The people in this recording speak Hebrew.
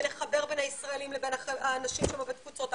לחבר בין הישראלים לבין האנשים שם בתפוצות.